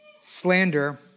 slander